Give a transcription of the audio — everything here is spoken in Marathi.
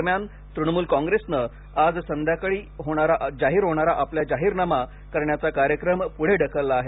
दरम्यान तृणमूल कॉंग्रेसने आज संध्याकाळी होणारा आपला जाहीरनामा जाहीर करण्याचा कार्यक्रम पुढे ढकलला आहे